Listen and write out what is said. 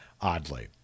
oddly